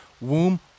Womb